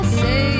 say